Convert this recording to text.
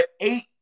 eight